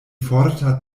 forta